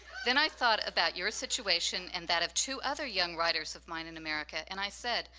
then i thought about your situation and that of two other young writers of mine in america and i said,